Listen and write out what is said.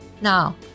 Now